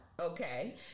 Okay